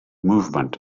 movement